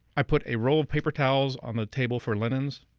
i put a roll of paper towels on the table for linens.